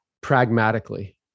pragmatically